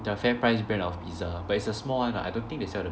their FairPrice brand of pizza but it's a small one ah I don't think they sell